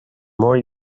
more